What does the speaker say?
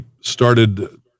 started